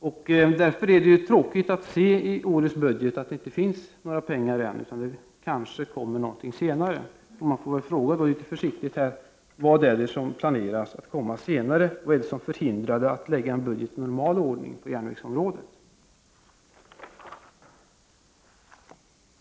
Det är därför tråkigt att i årets budgetproposition se att det inte anslås några pengar och att man säger att det kanske kommer något senare. Man kan då litet försiktigt fråga sig vad det är som planeras att komma senare. Vad är det som hindrar att regeringen lägger fram en budget i normal ordning för järnvägsområdet?